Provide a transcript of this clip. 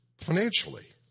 financially